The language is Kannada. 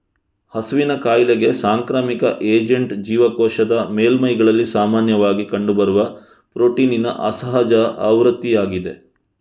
ಹಸುವಿನ ಕಾಯಿಲೆಗೆ ಸಾಂಕ್ರಾಮಿಕ ಏಜೆಂಟ್ ಜೀವಕೋಶದ ಮೇಲ್ಮೈಗಳಲ್ಲಿ ಸಾಮಾನ್ಯವಾಗಿ ಕಂಡುಬರುವ ಪ್ರೋಟೀನಿನ ಅಸಹಜ ಆವೃತ್ತಿಯಾಗಿದೆ